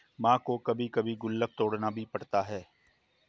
मां को कभी कभी गुल्लक तोड़ना भी पड़ता है